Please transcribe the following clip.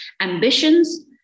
ambitions